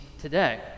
today